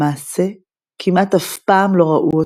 למעשה, כמעט אף פעם לא ראו אותם,